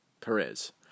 Perez